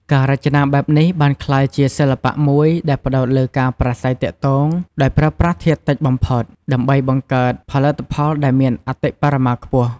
ការរចនាបែបនេះបានក្លាយជា សិល្បៈមួយដែលផ្ដោតលើការប្រាស្រ័យទាក់ទង ដោយប្រើប្រាស់ធាតុតិចបំផុត ដើម្បីបង្កើតផលិតផលដែលមានអតិបរមាខ្ពស់ ។